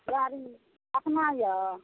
गाड़ी अपना यऽ